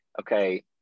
okay